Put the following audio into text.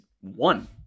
one